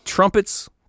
Trumpets